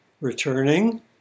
returning